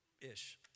ish